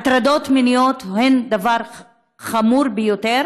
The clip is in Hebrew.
הטרדות מיניות הן דבר חמור ביותר,